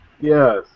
yes